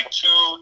two